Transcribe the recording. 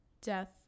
Death